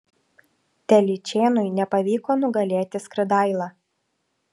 telyčėnui nepavyko nugalėti skridailą